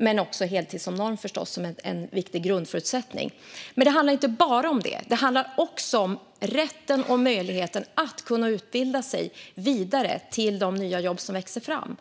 självklart är heltid som norm en viktig grundförutsättning. Det handlar också om rätten och möjligheten att utbilda sig vidare till de nya jobb som växer fram.